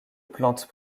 plantes